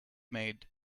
made